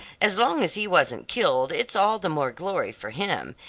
as long as he wasn't killed it's all the more glory for him.